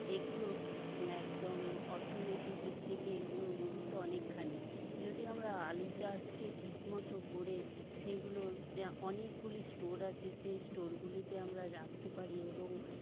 এগুলো একদম অর্থনৈতিক দিক থেকে এগুলোর গুরুত্ব অনেকখানি যদি আমরা আলু চাষকে ঠিক মতো করে সেগুলোর যে অনেকগুলি স্টোর আছে সেই স্টোরগুলিতে আমরা রাখতে পারি এবং